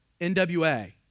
NWA